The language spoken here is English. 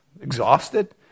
Exhausted